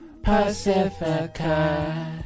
Pacifica